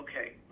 Okay